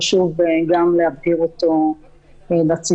חשוב גם להבהיר אותו לציבור.